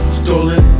stolen